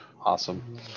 Awesome